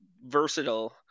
versatile